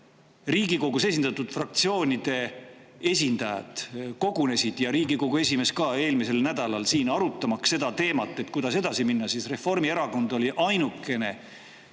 Riigikogus esindatud fraktsioonide esindajad kogunesid, Riigikogu esimees ka, siin eelmisel nädalal, arutamaks seda teemat, kuidas edasi minna, siis Reformierakond oli ainukene,